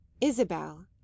Isabel